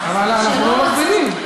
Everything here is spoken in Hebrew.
אבל אנחנו לא מגבילים.